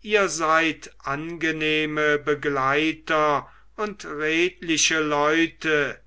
ihr seid angenehme begleiter und redliche leute